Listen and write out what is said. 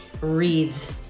reads